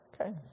okay